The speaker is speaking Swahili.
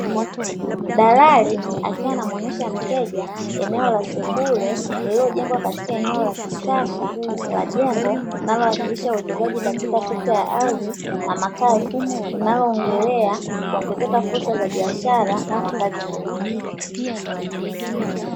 Dalali akiwa anamuonesha mteja eneo la sebule lililojengwa katika eneo la kisasa la jengo linalowakilisha uwekezaji katika sekta ya ardhi na makazi; unaoongelea kuongezeka fursa za biashara na makazi mjini.